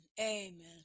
Amen